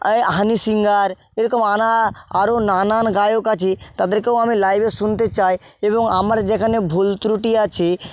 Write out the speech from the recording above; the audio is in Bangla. এই হানি সিংয়ের এরকম আনা আরও নানান গায়ক আছে তাদেরকেও আমি লাইভে শুনতে চাই এবং আমার যেখানে ভুল ত্রুটি আছে